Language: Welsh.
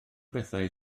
bethau